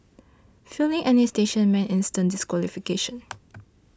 failing any station meant instant disqualification